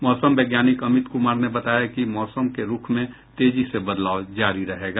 मौसम वैज्ञानिक अमित कुमार ने बताया कि मौसम के रूख में तेजी से बदलाव जारी रहेगा